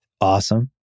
awesome